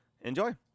enjoy